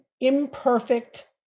imperfect